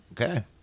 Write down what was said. okay